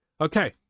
Okay